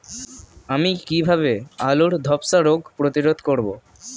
আমি কিভাবে আলুর ধ্বসা রোগ প্রতিরোধ করব?